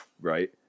right